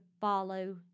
follow